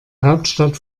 hauptstadt